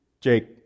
Jake